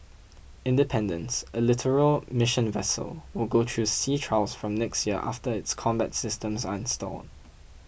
independence a littoral mission vessel will go through sea trials from next year after its combat systems are installed